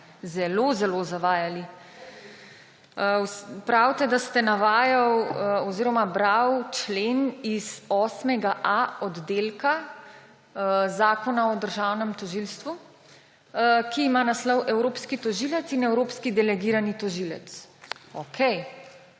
zelo zelo zavajali. Pravite, da ste navajali oziroma brali člen iz 8.a oddelka Zakona o državnem tožilstvu, ki ima naslov Evropski tožilec in evropski delegirani tožilec. Okej.